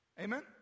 Amen